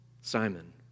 Simon